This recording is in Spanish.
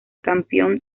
campeón